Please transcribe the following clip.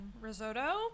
risotto